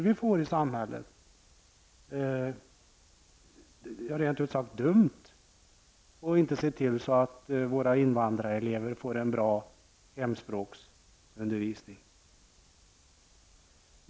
Det är rent ut sagt dumt att inte se till att våra invandrarelever får en bra hemspråksundervisning.